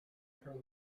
her